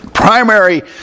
primary